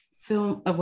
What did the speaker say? film